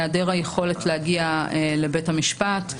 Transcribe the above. להיעדר היכולת להגיע לבית המשפט,